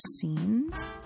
scenes